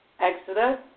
Exodus